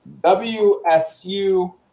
WSU